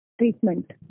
treatment